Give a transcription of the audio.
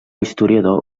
historiador